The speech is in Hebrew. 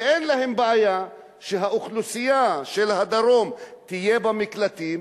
אין להם בעיה שהאוכלוסייה של הדרום תהיה במקלטים,